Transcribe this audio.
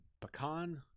pecan